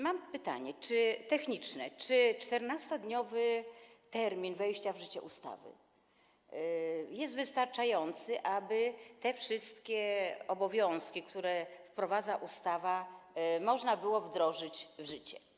Mam pytanie techniczne: Czy 14-dniowy termin wejścia w życie ustawy jest wystarczający, aby te wszystkie obowiązki, które wprowadza ustawa, można było wdrożyć w życie?